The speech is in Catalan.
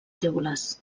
teules